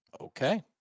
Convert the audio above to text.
Okay